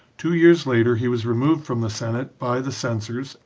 two years later he was removed from the senate by the censors,